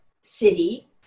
city